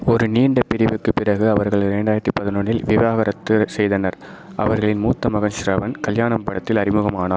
ஒரு நீண்ட பிரிவுக்குப் பிறகு அவர்கள் இரண்டாயிரத்தி பதினொன்றில் விவாகரத்து செய்தனர் அவர்களின் மூத்த மகன் ஷ்ரவன் கல்யாணம் படத்தில் அறிமுகமானார்